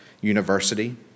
University